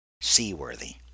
seaworthy